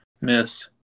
miss